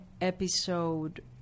episode